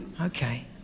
Okay